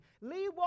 Lee